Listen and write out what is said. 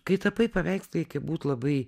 kai tapai paveikslą eikia būt labai